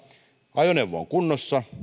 ajoneuvo on kunnossa